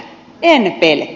en pelkää